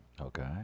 Okay